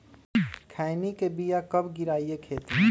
खैनी के बिया कब गिराइये खेत मे?